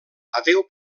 adéu